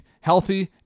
healthy